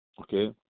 okay